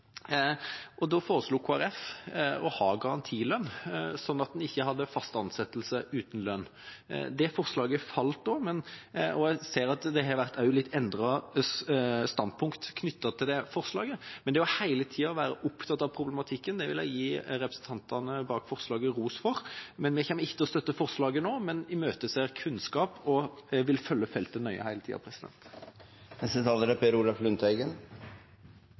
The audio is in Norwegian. og da foreslo Kristelig Folkeparti garantilønn, slik at en ikke hadde fast ansettelse uten lønn. Det forslaget falt da, og jeg ser at det har vært litt endrede standpunkt knyttet til det forslaget. Men hele tida å være opptatt av problematikken vil jeg gi representantene bak forslaget ros for. Vi kommer likevel ikke til å støtte forslaget nå, men imøteser kunnskap, og jeg vil følge feltet nøye hele tida. Jeg vil slutte meg til saksordførerens orientering. Forslaget fra Senterpartiet er